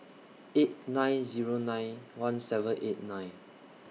eight nine Zero nine one seven eight nine